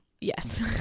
yes